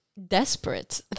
desperate